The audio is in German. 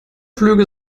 flüge